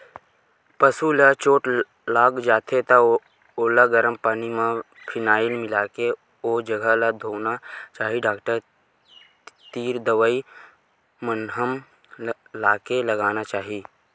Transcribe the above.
पसु ल चोट लाग जाथे त ओला गरम पानी म फिनाईल मिलाके ओ जघा ल धोना चाही डॉक्टर तीर दवई मलहम लानके लगाना चाही